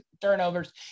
turnovers